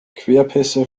querpässe